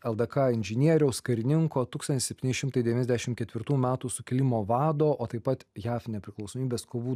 ldk inžinieriaus karininko tūkstantis septyni šimtai devyniasdešim ketvirtų metų sukilimo vado o taip pat jav nepriklausomybės kovų